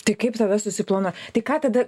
tai kaip tada susiplanuot tai ką tada